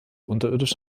unterirdisch